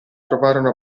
trovarono